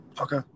Okay